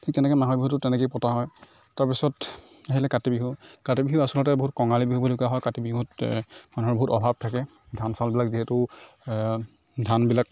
ঠিক তেনেকৈ মাঘৰ বিহুটো তেনেকেই পতা হয় তাৰ পিছত আহিলে কাতি বিহু কাতি বিহু আচলতে বহুত কঙালী বিহু বুলি কোৱা হয় কাতি বিহুত মানুহৰ বহুত অভাৱ থাকে ধান চাউলবিলাক যিহেতু ধানবিলাক